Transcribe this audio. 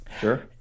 Sure